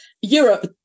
Europe